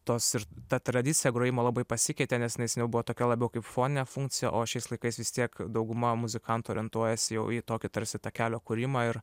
tos ir ta tradicija grojimo labai pasikeitė nes jinai seniau buvo tokia labiau kaip foninė funkcija o šiais laikais vis tiek dauguma muzikantų orientuojasi jau į tokį tarsi takelio kūrimą ir